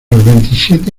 veintisiete